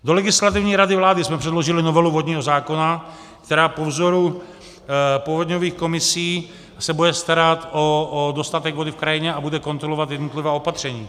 Do Legislativní rady vlády jsme předložili novelu vodního zákona, která po vzoru povodňových komisí se bude starat o dostatek vody v krajině a bude kontrolovat jednotlivá opatření.